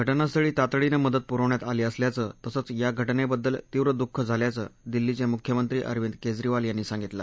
घटनास्थळी तातडीनं मदत पुरवण्यात आली असल्याचं तसंच या घटनेबद्दल तीव्र दुःख झाल्याचं दिल्लीचे मुख्यमंत्री अरविंद केजरीवाल यांनी सांगितलं